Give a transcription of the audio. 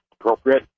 appropriate